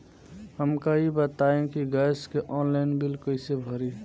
हमका ई बताई कि गैस के ऑनलाइन बिल कइसे भरी?